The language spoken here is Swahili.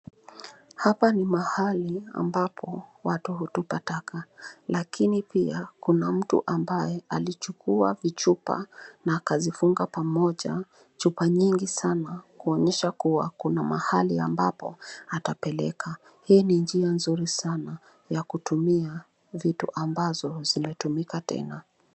Hapa ni mahali ambapo watu hutupa taka, lakini pia kuna mtu ambaye alichukua vichupa na akazifunga pamoja, chupa nyingi sana kuonyesha kuwa kuna mahali ambapo atapeleka. Hii ni njia nzuri sana ya kutumia vitu ambazo zimetumika tena.